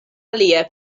alie